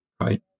right